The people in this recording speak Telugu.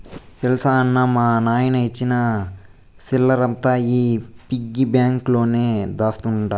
తెల్సా అన్నా, మా నాయన ఇచ్చిన సిల్లరంతా ఈ పిగ్గి బాంక్ లోనే దాస్తండ